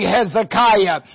Hezekiah